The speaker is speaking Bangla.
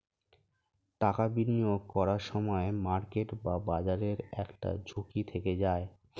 টাকা বিনিয়োগ করার সময় মার্কেট বা বাজারের একটা ঝুঁকি থেকে যায়